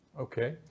Okay